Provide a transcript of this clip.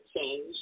change